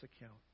account